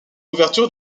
ouverture